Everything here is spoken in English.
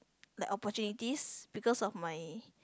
like opportunities because of my